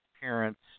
parents